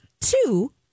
two